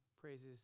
praises